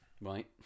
Right